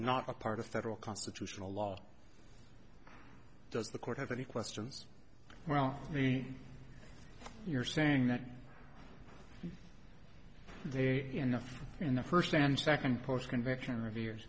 not a part of federal constitutional law does the court have any questions well i mean you're saying that they enough in the first and second post convention revere